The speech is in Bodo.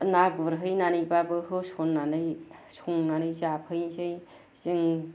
ना गुरहैनानैबाबो होसन्नानै संनानै जाफैनसै जों